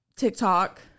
tiktok